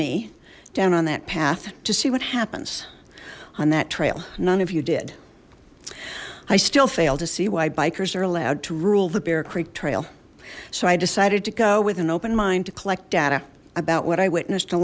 me down on that path to see what happens on that trail none of you did i still fail to see why bikers are allowed to rule the bear creek trail so i decided to go with an open mind to collect data about what i witnessed